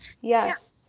Yes